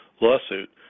lawsuit